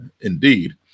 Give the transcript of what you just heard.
Indeed